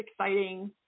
exciting